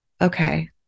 okay